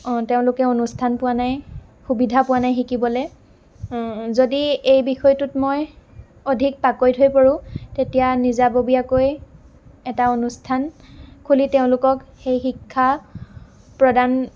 তেওঁলোকে অনুষ্ঠান পোৱা নাই সুবিধা পোৱা নাই শিকিবলৈ যদি এই বিষয়টোত মই অধিক পাকৈত হৈ পৰোঁ তেতিয়া নিজাববীয়াকৈ এটা অনুষ্ঠান খুলি তেওঁলোকক সেই শিক্ষা প্ৰদান